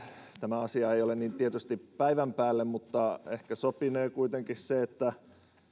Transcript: tämä asia ei ole tietysti päivän päälle mutta ehkä sopinee kuitenkin se että